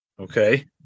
Okay